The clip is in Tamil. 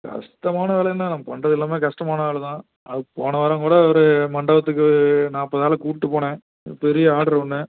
கஷ்டமான வேலை என்ன நம்ம பண்ணுறது எல்லாம் கஷ்டமான வேலை தான் அது போன வாரம் கூட ஒரு மண்டபத்துக்கு நாற்பது ஆளை கூப்பிட்டு போனேன் பெரிய ஆடரு ஒன்று